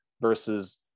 versus